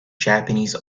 japanese